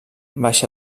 baixà